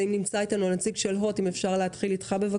נציג הוט, עידו, נמצא איתנו בזום.